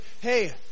hey